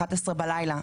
23:00 בלילה,